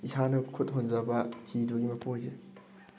ꯏꯁꯥꯅ ꯈꯨꯠ ꯍꯣꯟꯖꯕ ꯍꯤꯗꯨꯒꯤ ꯃꯄꯨ ꯑꯣꯏꯖꯩ